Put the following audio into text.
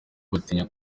batinya